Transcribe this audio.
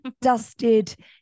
dusted